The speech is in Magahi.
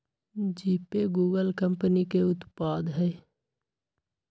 जीपे गूगल कंपनी के उत्पाद हइ